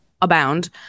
abound